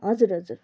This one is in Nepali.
हजुर हजुर